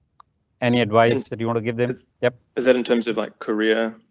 any advice that you want to give their step is there in terms of like korea,